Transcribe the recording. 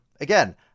again